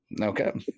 Okay